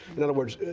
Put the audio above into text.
in other words,